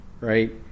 right